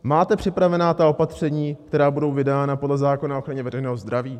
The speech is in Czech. Máte připravená opatření, která budou vydána podle zákona o ochraně veřejného zdraví?